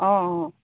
অঁ অঁ